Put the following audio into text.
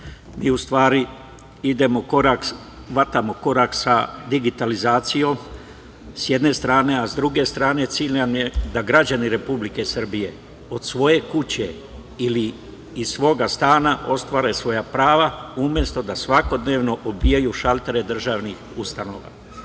i čitav zakon, ide u korak sa digitalizacijom, sa jedne strane, a sa druge strane nam je cilj da građani Republike Srbije od svoje kuće ili iz svoga stana ostvare svoja prava umesto da svakodnevno obijaju šaltere državnih ustanova. Kada